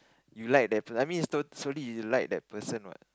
you like that pers~ I mean it's slowly you like that person what